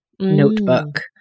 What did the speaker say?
notebook